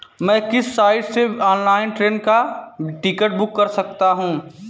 मैं किस साइट से ऑनलाइन ट्रेन का टिकट बुक कर सकता हूँ?